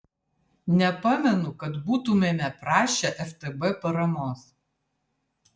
nepamenu kad būtumėme prašę ftb paramos